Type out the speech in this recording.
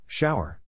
Shower